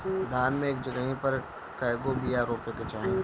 धान मे एक जगही पर कएगो बिया रोपे के चाही?